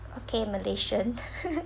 okay malaysian